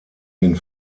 den